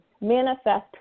manifest